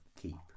keep